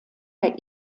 der